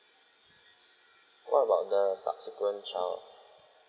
what about the subsequent child